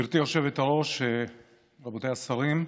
רבותיי השרים,